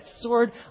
sword